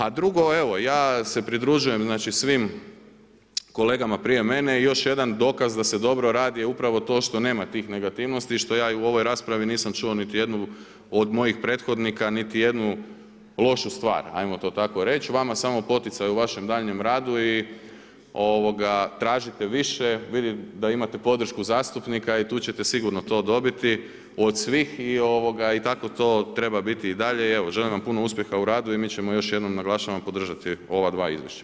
A drugo, evo ja se pridružujem svim kolegama prije mene, još jedan dokaz da se dobro radi je upravo to što nema tih negativnosti i što ja i u ovoj raspravi nisam čuo niti jednu od mojih prethodnika, niti jednu lošu stvar, ajmo to tako reći, vama samo poticaj u vašem daljnjem radu i tražite više, vidim da imate podršku zastupnika i tu ćete sigurno tu dobiti od svih i tako to treba biti i dalje i evo, želim vam puno uspjeha u radu i mi ćemo još jednom naglašavam podržati ova dva izvješća.